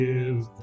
Give